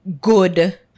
good